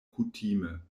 kutime